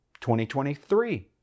2023